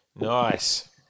Nice